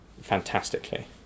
fantastically